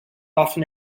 often